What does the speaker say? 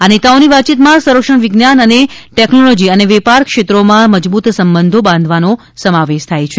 આ નેતાઓની વાતચીતમાં સંરક્ષણ વિજ્ઞાન અને ટેકનોલોજી અને વેપાર ક્ષેત્રોમાં મજબૂત સંબંધોબાંધવાનો સમાવેશ થાય છે